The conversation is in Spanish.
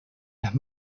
las